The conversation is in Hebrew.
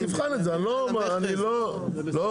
תבחן את זה, אני לא לוחץ.